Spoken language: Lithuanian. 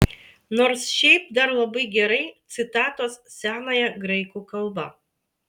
nors šiaip dar labai gerai citatos senąja graikų kalba